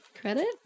Credit